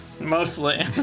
Mostly